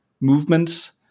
movements